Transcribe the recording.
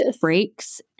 breaks